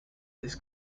this